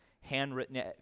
handwritten